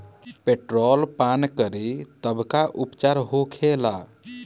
Petrol पान करी तब का उपचार होखेला?